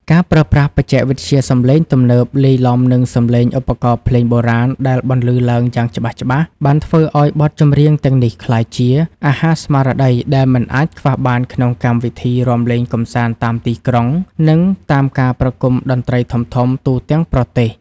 ការប្រើប្រាស់បច្ចេកវិទ្យាសម្លេងទំនើបលាយឡំនឹងសម្លេងឧបករណ៍ភ្លេងបុរាណដែលបន្លឺឡើងយ៉ាងច្បាស់ៗ បានធ្វើឱ្យបទចម្រៀងទាំងនេះក្លាយជា អាហារស្មារតី ដែលមិនអាចខ្វះបានក្នុងកម្មវិធីរាំលេងកម្សាន្តតាមទីក្រុង និងតាមការប្រគំតន្ត្រីធំៗទូទាំងប្រទេស។